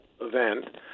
event